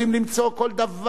הם יכולים לעבור,